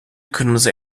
kırmızı